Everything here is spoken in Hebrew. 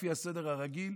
לפי הסדר הרגיל,